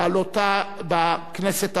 להעלותה בכנסת הבאה,